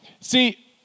see